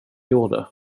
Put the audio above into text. gjorde